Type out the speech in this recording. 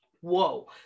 whoa